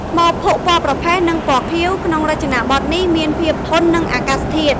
ថ្មភក់ពណ៌ប្រផេះ និងពណ៌ខៀវក្នុងរចនាបថនេះមានភាពធន់នឹងអាកាសធាតុ។